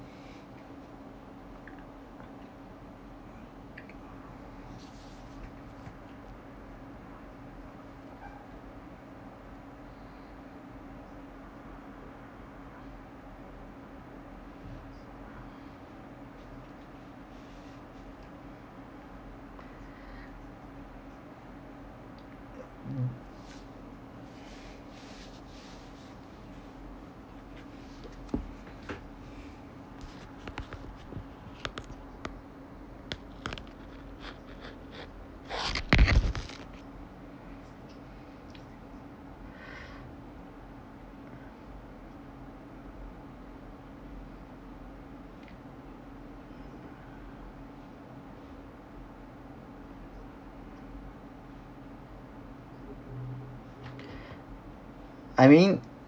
I mean